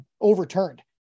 overturned